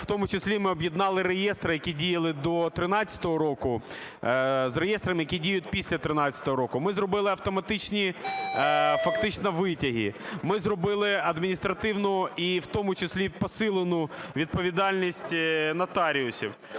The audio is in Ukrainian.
в тому числі ми об'єднали реєстри, які діяли до 13-го року, з реєстрами, які діють після 13-го року. Ми зробили автоматичні фактично витяги. Ми зробили адміністративну, і в тому числі посилену, відповідальність нотаріусів.